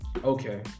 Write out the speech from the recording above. okay